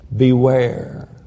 Beware